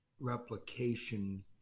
replication